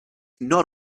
not